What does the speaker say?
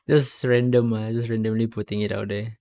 that's random ah that's randomly putting it out there